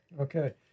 Okay